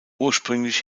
ursprünglich